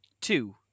two